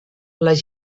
les